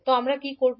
তো আমরা কী করব